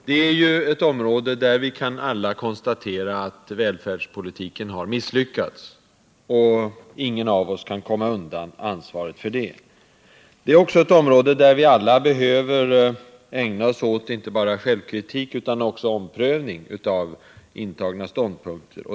Det här är ett område där vi alla kan konstatera att välfärdspolitiken har misslyckats, och ingen av oss kan komma undan ansvaret för detta. Det är också ett område där vi alla behöver ägna oss åt inte bara självkritik utan också omprövning av de intagna ståndpunkterna.